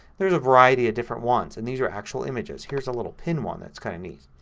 there's a variety of different ones. and these are actual images. here's a little pin one that's kind of neat.